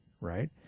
right